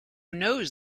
knows